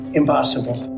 impossible